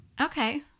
Okay